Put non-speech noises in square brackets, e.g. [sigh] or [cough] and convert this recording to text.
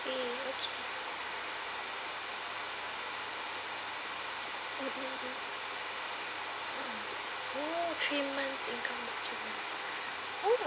three okay oh three months income my goodness [noise]